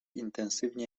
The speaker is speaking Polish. intensywnie